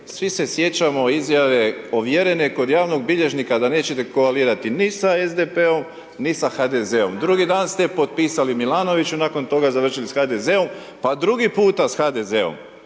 Svi se sjećamo izjave ovjerene kod javnog bilježnika da nećete koalirati na sa SDP-om ni sa HDZ-om, drugi dan ste potpisali Milanoviću, nakon toga završili sa HDZ-om, pa drugi puta sa HDZ-om